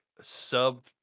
sub